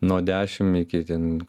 nuo dešim iki ten